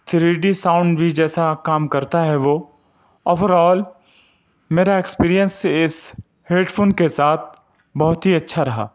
three D sound بھی جیسا کام کرتا ہے وہ اوور آل میرا ایکسپیریئنس اس ہیڈ فون کے ساتھ بہت ہی اچھا رہا